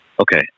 Okay